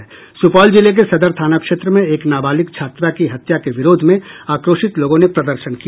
सुपौल जिले के सदर थाना क्षेत्र में एक नाबालिग छात्रा की हत्या के विरोध में आक्रोशित लोगों ने प्रदर्शन किया